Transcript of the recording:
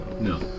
no